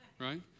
right